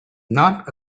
not